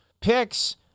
picks